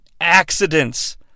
accidents